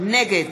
נגד